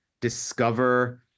discover